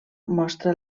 mostra